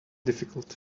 difficult